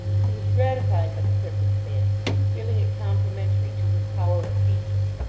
he was gratified by the circumstance feeling it complimentary to his power of feature,